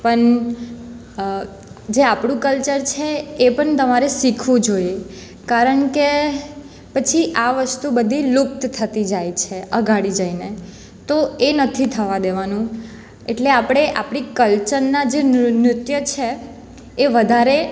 પણ જે આપણું કલ્ચર છે એ પણ તમારે શીખવું જોઈએ કારણ કે પછી આ વસ્તુ બધી લુપ્ત થતી જાય છે આગળ જઈને તો એ નથી થવા દેવાનું એટલે આપણે આપણી કલ્ચરના જે નૃત્યો છે એ વધારે